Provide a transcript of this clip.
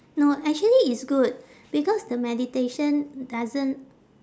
no actually it's good because the meditation doesn't